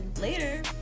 later